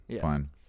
Fine